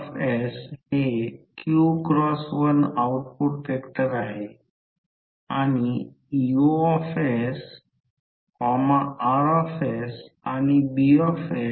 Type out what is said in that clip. तर हे शोधून काढावे लागेल ही आकृती 18 आहे L1 L2 M12 M21 प्रत्येक कॉइल 1 अँपिअर करंटने एक्ससाईट केली आहे